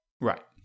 Right